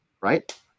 right